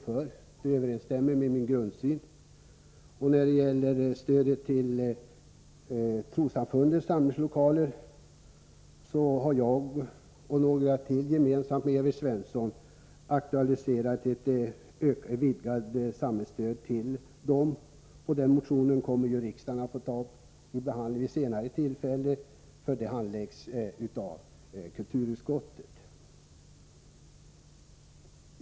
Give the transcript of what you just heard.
De överensstämmer med min grundsyn i detta sammanhang. Evert Svensson och jag samt några andra har i en motion aktualiserat behovet av ett vidgat samhällsstöd till trossamfundens samlingslokaler. Den motionen kommer riksdagen att behandla vid ett senare tillfälle. Frågan handläggs av kulturutskottet.